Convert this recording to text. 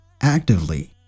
Actively